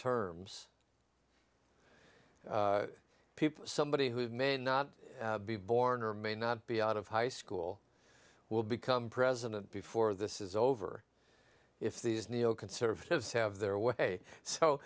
people somebody who may not be born or may not be out of high school will become president before this is over if these neo conservatives have their way so